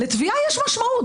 לתביעה יש משמעות,